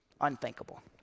unthinkable